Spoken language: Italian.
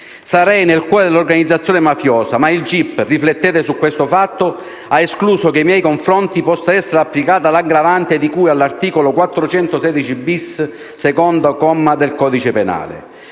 Sarei nel cuore dell'organizzazione mafiosa, ma il gip - riflettete su questo fatto - ha escluso che nei miei confronti possa essere applicata l'aggravante di cui all'articolo 416-*bis*, secondo comma, del codice penale,